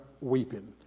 weeping